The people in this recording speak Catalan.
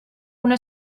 una